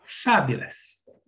Fabulous